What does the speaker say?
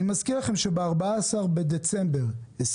אני מזכיר לכם שב-14 בדצמבר 2020,